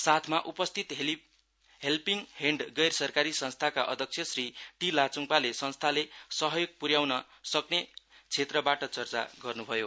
सभामा उपस्थित helping hand गैर सरकारी संस्थाका अध्यक्ष श्री टी लाच्डपाले संस्थाले सहयोग प्र्याउन सक्ने क्षेत्रबारे चर्चा गर्न्भयो